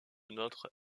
notre